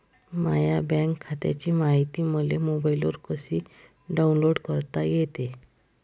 माह्या बँक खात्याची मायती मले मोबाईलवर कसी डाऊनलोड करता येते?